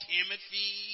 Timothy